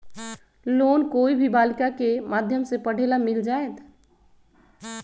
Loan कोई भी बालिका के माध्यम से पढे ला मिल जायत?